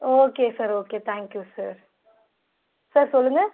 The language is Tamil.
okay sir okay thank you sir sir சொல்லுங்கள்